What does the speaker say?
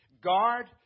Guard